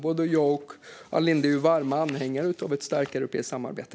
Både Ann Linde och jag är ju varma anhängare av ett starkt europeiskt samarbete.